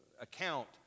account